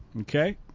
okay